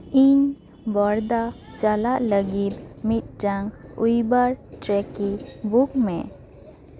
ᱤᱧ ᱵᱚᱨᱫᱟ ᱪᱟᱞᱟᱜ ᱞᱟᱹᱜᱤᱫ ᱢᱤᱫᱟᱝ ᱩᱭᱵᱟᱨ ᱴᱨᱮᱠᱤ ᱵᱩᱠ ᱢᱮ